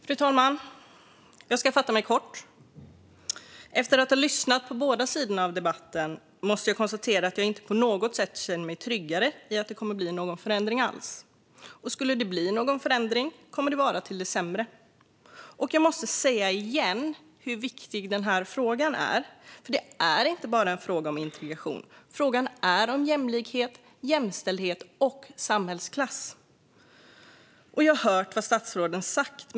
Fru talman! Jag ska fatta mig kort. Efter att ha lyssnat på båda sidor i debatten måste jag konstatera att jag inte på något sätt känner mig tryggare i att det kommer att bli någon förändring alls. Och om det skulle bli någon förändring kommer det att vara till det sämre. Jag måste säga igen hur viktig denna fråga är. Det är inte bara en fråga om integration. Frågan handlar om jämlikhet, jämställdhet och samhällsklass. Jag har hört vad statsrådet har sagt.